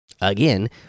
again